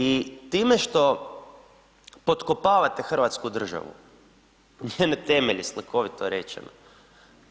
I time što pokopavate Hrvatsku državu, njene temelje slikovito rečeno,